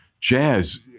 jazz